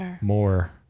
more